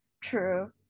True